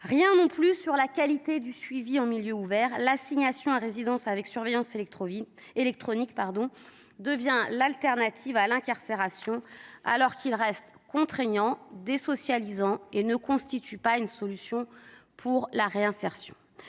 rien non plus sur la qualité du suivi en milieu ouvert. L'assignation à résidence avec surveillance électronique est devenue l'alternative à l'incarcération, alors qu'elle reste contraignante, désocialisante et qu'elle ne constitue pas une solution pour la réinsertion.